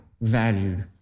value